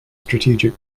strategic